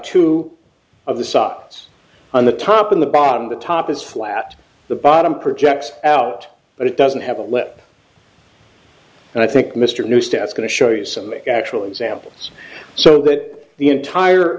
two of the sockets on the top in the bottom the top is flat the bottom projects out but it doesn't have a lip and i think mr new staff is going to show you some actual examples so that the entire